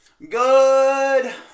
Good